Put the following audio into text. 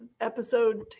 Episode